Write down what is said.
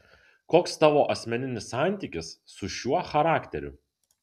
koks tavo asmeninis santykis su šiuo charakteriu